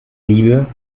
liebe